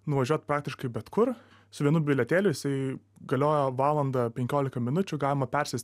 nuvažiuot praktiškai bet kur su vienu bilietėliu jisai galioja valandą penkiolika minučių galima persėst